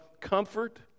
comfort